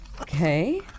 Okay